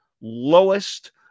lowest